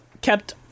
kept